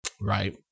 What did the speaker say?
Right